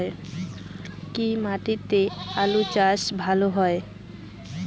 কি মাটিতে আলু চাষ ভালো হয়?